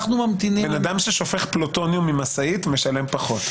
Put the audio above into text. אנחנו ממתינים -- אדם ששופך פלוטוניום ממשאית משלם פחות.